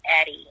eddie